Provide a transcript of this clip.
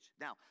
Now